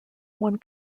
one